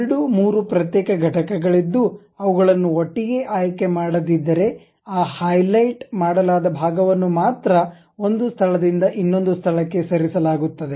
ಎರಡು ಮೂರು ಪ್ರತ್ಯೇಕ ಘಟಕಗಳಿದ್ದು ಅವುಗಳನ್ನು ಒಟ್ಟಿಗೆ ಆಯ್ಕೆ ಮಾಡದಿದ್ದರೆ ಆ ಹೈಲೈಟ್ ಮಾಡಲಾದ ಭಾಗವನ್ನು ಮಾತ್ರ ಒಂದು ಸ್ಥಳದಿಂದ ಇನ್ನೊಂದು ಸ್ಥಳಕ್ಕೆ ಸರಿಸಲಾಗುತ್ತದೆ